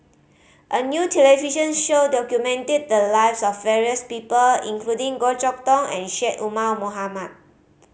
a new television show documented the lives of various people including Goh Chok Tong and Syed Omar Mohamed